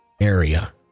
area